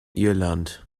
irland